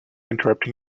interrupting